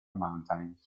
mountains